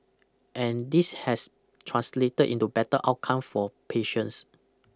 and this has translated into better outcome for patients